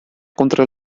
contra